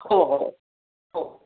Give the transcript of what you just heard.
हो हो हो